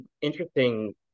interesting